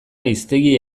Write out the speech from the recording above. hiztegi